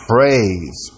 Praise